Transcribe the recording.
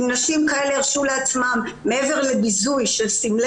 אם נשים כאלה הירשו לעצמן - מעבר לביזוי של סמלי